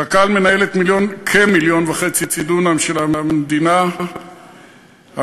קק"ל מנהלת כמיליון וחצי דונם של המדינה המוגדרים